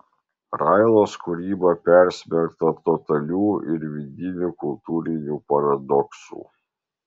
railos kūryba persmelkta totalių ir vidinių kultūrinių paradoksų